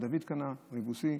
שדוד קנה מהיבוסי,